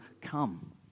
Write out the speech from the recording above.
come